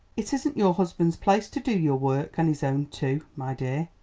it isn't your husband's place to do your work and his own too, my dear.